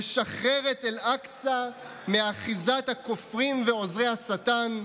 לשחרר את אל-אקצא מאחיזת הכופרים ועוזרי השטן,